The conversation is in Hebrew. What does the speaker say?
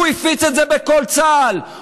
הוא הפיץ את זה בכל צה"ל,